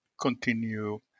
continue